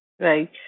Right